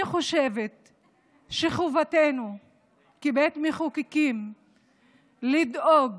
אני חושבת שחובתנו כבית מחוקקים לדאוג